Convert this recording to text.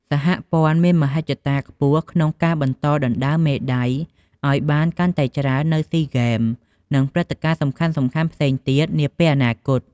សហព័ន្ធមានមហិច្ឆតាខ្ពស់ក្នុងការបន្តដណ្ដើមមេដាយឲ្យបានកាន់តែច្រើននៅស៊ីហ្គេម និងព្រឹត្តិការណ៍សំខាន់ផ្សេងៗទៀតនាពេលអនាគត។